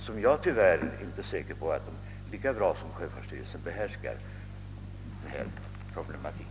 Jag är tyvärr inte säker på att dessa människor lika bra som sjöfartsstyrelsen behärskar denna problematik.